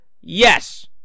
Yes